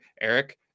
Eric